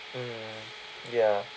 mm ya